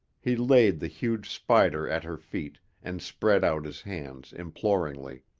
he laid the huge spider at her feet and spread out his hands imploringly.